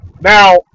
Now